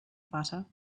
butter